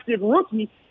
rookie